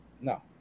no